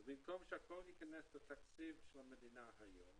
במקום שהכול ייכנס לתקציב של המדינה היום